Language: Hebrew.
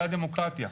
זאת הדמוקרטיה.